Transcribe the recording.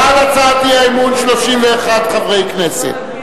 ובכן, בעד הצעת האי-אמון, 31 חברי כנסת,